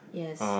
yes